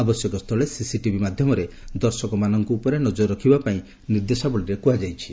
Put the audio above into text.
ଆବଶ୍ୟକ ସ୍ଥଳେ CC TV ମାଧ୍ୟମରେ ଦର୍ଶକମାନଙ୍କ ଉପରେ ନକର ରଖିବା ପାଇଁ ନିର୍ଦ୍ଦେଶାବଳୀରେ କୁହାଯାଇଛି